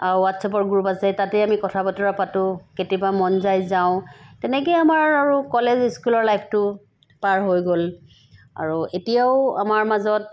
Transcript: আৰু হোৱাটছএপৰ গ্ৰুপ আছে তাতে আমি কথা বতৰা পাতোঁ কেতিয়াবা মন যায় যাওঁ তেনেকেই আমাৰ আৰু কলেজ স্কুলৰ লাইফটো পাৰ হৈ গ'ল আৰু এতিয়াও আমাৰ মাজত